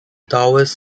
towers